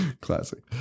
Classic